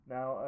Now